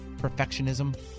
perfectionism